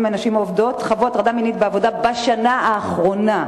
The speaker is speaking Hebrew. חוו הטרדה מינית בעבודה בשנה האחרונה.